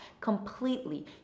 completely